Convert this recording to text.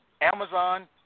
Amazon